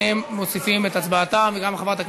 לוועדת העבודה,